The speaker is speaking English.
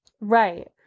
Right